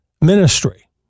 ministry